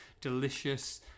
delicious